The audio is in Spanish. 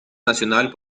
nacional